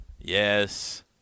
Yes